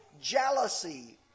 Jealousy